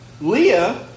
Leah